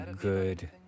good